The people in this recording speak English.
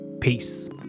Peace